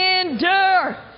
endure